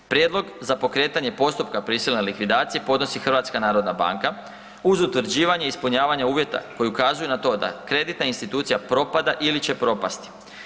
Prijedlog za pokretanje postupka prisilne likvidacije podnosi HNB uz utvrđivanje ispunjavanja uvjeta koji ukazuju na to da kreditna institucija propada ili će propasti.